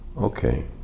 Okay